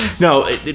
no